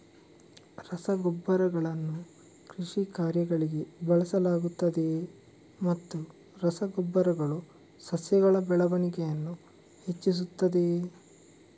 ರಸಗೊಬ್ಬರಗಳನ್ನು ಕೃಷಿ ಕಾರ್ಯಗಳಿಗೆ ಬಳಸಲಾಗುತ್ತದೆಯೇ ಮತ್ತು ರಸ ಗೊಬ್ಬರಗಳು ಸಸ್ಯಗಳ ಬೆಳವಣಿಗೆಯನ್ನು ಹೆಚ್ಚಿಸುತ್ತದೆಯೇ?